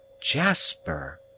Jasper